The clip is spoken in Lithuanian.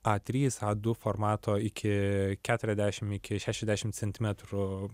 a trys a du formato iki keturiasdešim iki šešiasdešim centimetrų